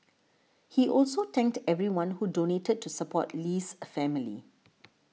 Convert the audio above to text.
he also thanked everyone who donated to support Lee's a family